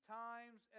times